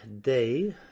day